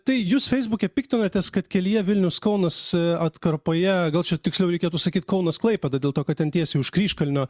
tai jūs feisbuke piktinatės kad kelyje vilnius kaunas atkarpoje gal čia tiksliau reikėtų sakyti kaunas klaipėda dėl to kad ten tiesiai už kryžkalnio